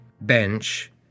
bench